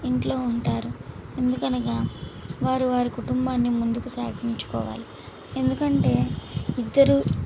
ఇంట్లో ఉంటారు ఎందుకనగా వారు వారి కుటుంబాన్ని ముందుకు సాగించుకోవాలి ఎందుకంటే ఇద్దరూ